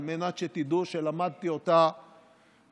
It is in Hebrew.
על מנת שתדעו שלמדתי אותה מניסיוני.